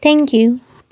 thank you